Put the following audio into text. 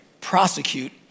prosecute